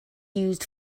used